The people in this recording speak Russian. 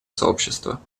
сообщества